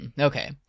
Okay